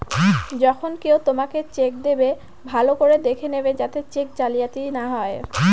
যখন কেউ তোমাকে চেক দেবে, ভালো করে দেখে নেবে যাতে চেক জালিয়াতি না হয়